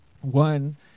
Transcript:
One